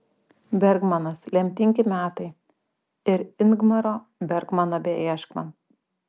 bergmanas lemtingi metai ir ingmaro bergmano beieškant